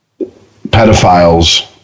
pedophiles